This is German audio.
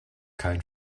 kein